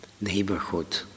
neighborhood